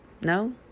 No